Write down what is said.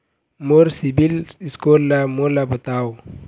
मोर CIBIL score ला मोला बताव?